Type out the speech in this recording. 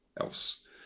else